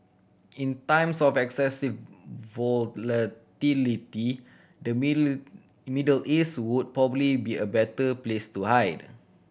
in times of excessive volatility the Middle East would probably be a better place to hide